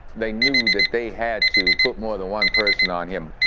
they knew that they had to put more than one person on him.